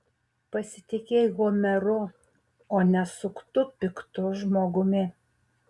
pasitikėk homeru o ne suktu piktu žmogumi